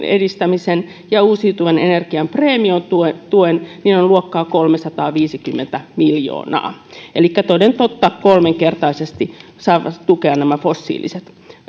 edistämisen ja uusiutuvan energian preemiotuen ovat luokkaa kolmesataaviisikymmentä miljoonaa elikkä toden totta kolminkertaisesti saavat tukea nämä fossiiliset